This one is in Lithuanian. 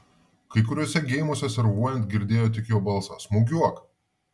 kai kuriuose geimuose servuojant girdėjo tik jo balsą smūgiuok